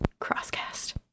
crosscast